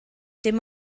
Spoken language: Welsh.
dim